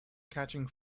catching